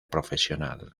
profesional